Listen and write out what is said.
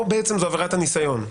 פה זו עבירת הניסיון.